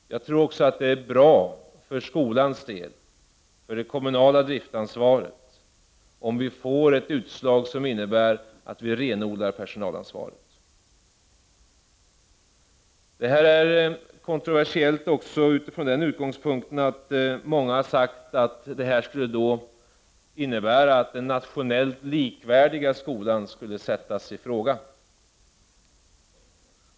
Jag tror också att det är bra för skolans del, för det kommunala driftansvaret, om vi får ett utslag som innebär att vi renodlar personalansvaret. Det här är kontroversiellt också från den utgångspunkten att många har sagt att detta skulle innebära att den nationellt likvärdiga skolan skulle sättas i fråga.